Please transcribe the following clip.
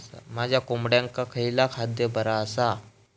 माझ्या कोंबड्यांका खयला खाद्य बरा आसा?